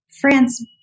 France